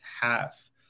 half